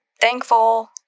thankful